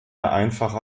einfache